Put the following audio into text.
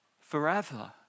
forever